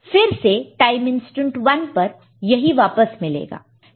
फिर से time instant 1 पर यही वापस मिलेगा